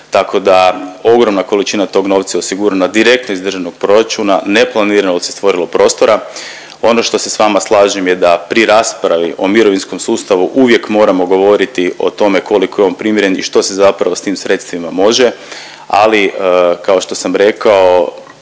tako da ogromna količina tog novca je osigurana direktno iz državnog proračuna, neplanirano se stvorilo prostora. Ono što se s vama slažem je da pri raspravi o mirovinskom sustavu uvijek moramo govoriti o tome koliko je on primjeren i što se zapravo s tim sredstvima može, ali kao što sam rekao